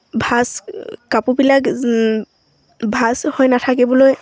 ভাঁজ কাপোৰবিলাক ভাঁজ হৈ নাথাকিবলৈ